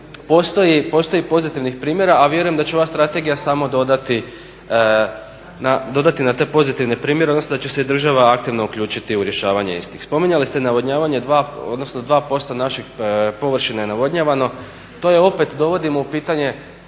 postoji pozitivnih primjera, a vjerujem da će ova strategija samo dodati na te pozitivne primjere, odnosno da će se država aktivno uključiti u rješavanje istih. Spominjali ste navodnjavanje dva, odnosno 2% naše površine je navodnjavano. To opet dovodimo u pitanje